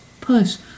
push